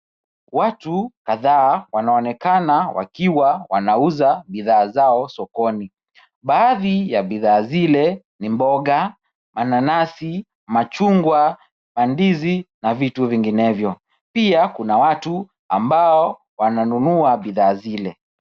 Watu kadhaa wanaonekana wakiwa wanauza bidhaa zao sokoni. Baadhi ya bidhaa zile ni mboga, mananasi, machungwa na ndizi na vitu vinginevyo. Pia kuna watu ambao wananunua bidhaa zile.